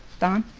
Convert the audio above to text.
don